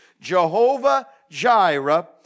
Jehovah-Jireh